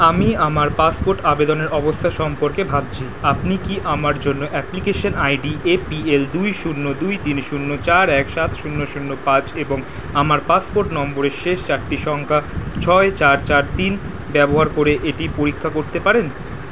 আমি আমার পাসপোর্ট আবেদনের অবস্থা সম্পর্কে ভাবছি আপনি কি আমার জন্য application I D A P L দুই শূন্য দুই তিন শূন্য চার এক সাত শূন্য শূন্য পাঁচ এবং আমার পাসপোর্ট নম্বরের শেষ চারটি সংখ্যা ছয় চার চার তিন ব্যবহার করে এটি পরীক্ষা করতে পারেন